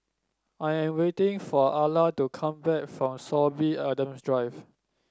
I am waiting for Ala to come back from Sorby Adams Drive